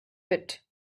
pit